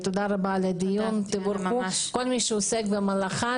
אז תודה רבה על קיום הדיון הזה ויישר כוח לכל העוסקים במלאכה,